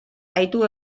gaitu